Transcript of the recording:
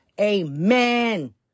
Amen